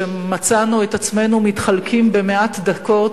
כשמצאנו את עצמנו מתחלקים במעט דקות,